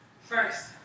First